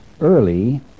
early